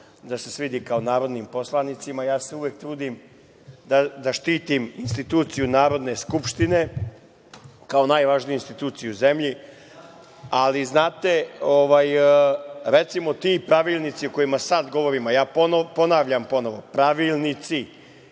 da se svidi kao narodnim poslanicima. Ja se uvek trudim da štitim instituciju Narodne skupštine, kao najvažniju instituciju u zemlji, ali znate, recimo ti pravilnici o kojima sada govorimo, ja ponavljam ponovo - pravilnici